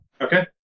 Okay